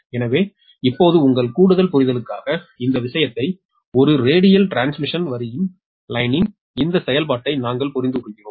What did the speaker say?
எனவே இப்போது உங்கள் கூடுதல் புரிதலுக்காக இந்த விஷயத்தை ஒரு ரேடியல் டிரான்ஸ்மிஷன் வரியின் இந்த செயல்பாட்டை நாங்கள் புரிந்துகொள்கிறோம்